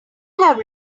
have